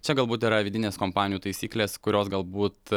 čia galbūt yra vidinės kompanijų taisyklės kurios galbūt